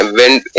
went